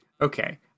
okay